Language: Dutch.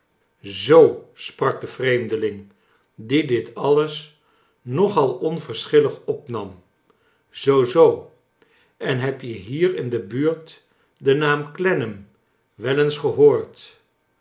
zoo sprak de vreemdeling die dit alles nog al onverschillig opnarm zoo zoo en heb je hier in de buurt den naam clennam wel eens gehoord